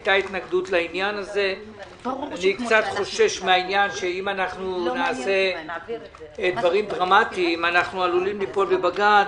אני קצת חושש שאם אנחנו נעשה דברים דרמטיים אנחנו עלולים ליפול בבג"ץ.